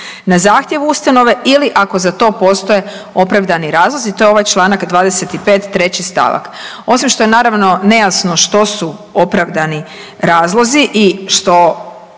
na zahtjevu ustanove ili ako za to postoje opravdani razlozi. To je ovaj članak 25. 3. stavak. Osim što je naravno nejasno što su opravdani razlozi i što